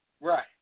Right